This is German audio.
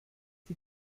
die